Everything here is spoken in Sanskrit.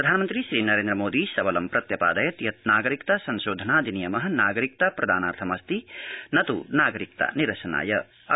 प्रधानमन्त्री नरेन्द्रमोदी सबलं प्रत्यपादयत् यत् नागरिकता संशोधनाधिनियम नागरिकता प्रदानार्थमस्ति न तु नागरिकता निरसनाय इति